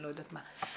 אני לא יודעת מה.